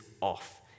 off